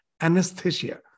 anesthesia